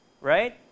Right